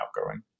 outgoing